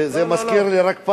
זה מזכיר לי רק,